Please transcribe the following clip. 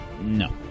No